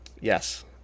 Yes